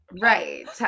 right